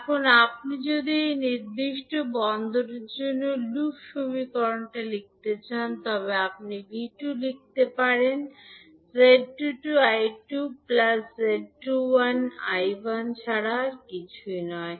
এখন আপনি যদি এই নির্দিষ্ট বন্দরের জন্য লুপ সমীকরণটি লিখতে চান তবে আপনি v2 লিখতে পারেন Z22 I2 plus Z21 I1 ছাড়া আর কিছুই নয়